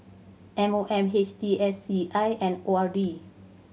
M O M H T S C I and O R D